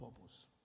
purpose